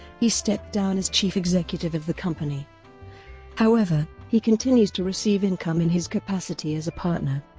he stepped down as chief executive of the company however, he continues to receive income in his capacity as a partner.